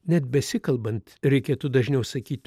net besikalbant reikėtų dažniau sakyt